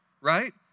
right